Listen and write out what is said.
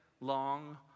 long